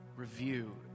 review